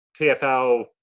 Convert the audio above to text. TfL